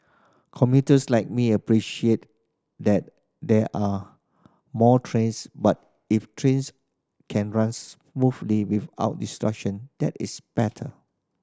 commuters like me appreciate that there are more trains but if trains can run smoothly without disruption that is better